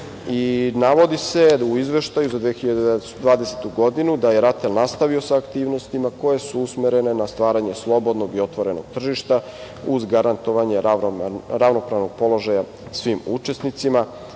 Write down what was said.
se u Izveštaju za 2020. godinu da je RATEL nastavio sa aktivnostima koje su usmerene na stvaranje slobodnog i otvorenog tržišta, uz garantovanje ravnopravnog položaja svim učesnicima.